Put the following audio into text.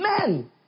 men